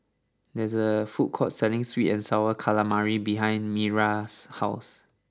there is a food court selling Sweet and Sour Calamari behind Miriah's house